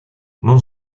non